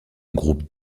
groupe